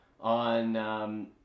on